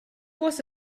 was